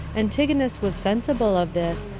antigonus was sensible of this,